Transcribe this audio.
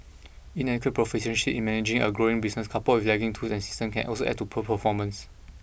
inadequate proficiency in managing a growing business coupled with lagging tools and systems can also add to poor performance